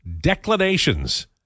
Declinations